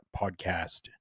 podcast